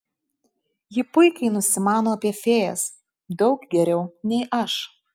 ji puikiai nusimano apie fėjas daug geriau nei aš